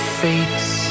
fates